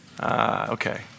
Okay